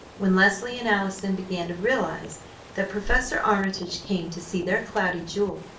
when leslie and allison began to realize that professor armitage came to see their cloudy jewel,